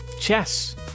Chess